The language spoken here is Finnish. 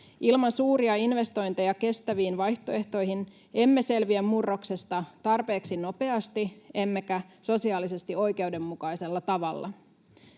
Ilman suuria investointeja kestäviin vaihtoehtoihin emme selviä murroksesta tarpeeksi nopeasti emmekä sosiaalisesti oikeudenmukaisella tavalla.